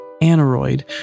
aneroid